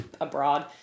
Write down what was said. abroad